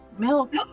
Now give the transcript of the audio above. Milk